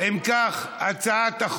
המתווכים במקרקעין (תיקון,